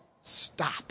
Stop